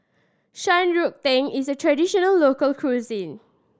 Shan Rui Tang is a traditional local cuisine